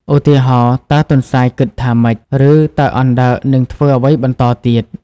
ឧទាហរណ៍ តើទន្សាយគិតថាម៉េច? ឬ តើអណ្ដើកនឹងធ្វើអ្វីបន្តទៀត?។